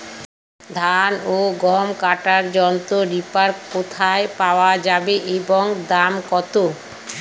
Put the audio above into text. ধান ও গম কাটার যন্ত্র রিপার কোথায় পাওয়া যাবে এবং দাম কত?